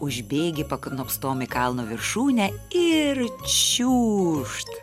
užbėgi paknopstom į kalno viršūnę ir šiūžt